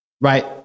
Right